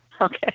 Okay